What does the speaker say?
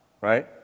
right